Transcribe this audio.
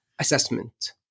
assessment